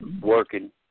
working